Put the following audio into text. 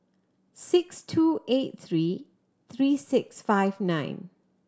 six two eight three three six five nine